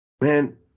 man